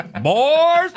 boys